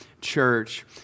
church